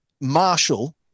Marshall